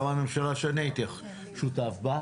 גם הממשלה שאני הייתי שותף פה.